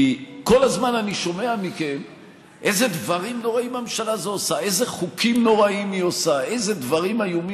אז שתי חדשות יש לי.